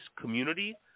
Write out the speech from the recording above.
community